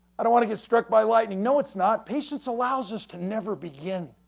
i don't want to get struck by lightning. no, it's not. patience allows us to never begin.